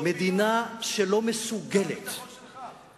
מדינה שלא מסוגלת, שר הביטחון שלך.